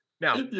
now